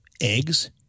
eggs